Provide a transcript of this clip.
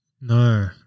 no